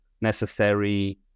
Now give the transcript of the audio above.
necessary